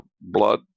blood